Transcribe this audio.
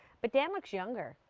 but dan looks younger.